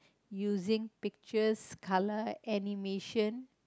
using pictures colour animation